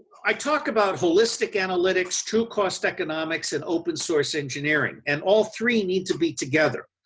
i talk about holistic analytics, true cost economics and open source engineering and all three need to be together.